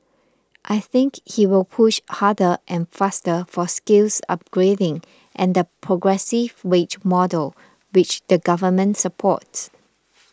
I think he will push harder and faster for skills upgrading and the progressive wage model which the Government supports